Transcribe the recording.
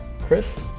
Chris